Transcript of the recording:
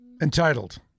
Entitled